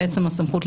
לעצם הסמכות,